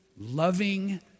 loving